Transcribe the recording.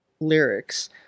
lyrics